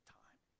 time